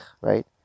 right